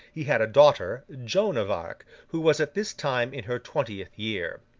he had a daughter, joan of arc, who was at this time in her twentieth year.